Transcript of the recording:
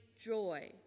joy